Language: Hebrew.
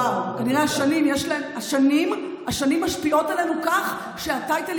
כנראה השנים משפיעות עלינו כך שהטייטלים